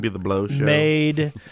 made